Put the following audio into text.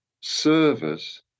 service